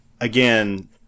again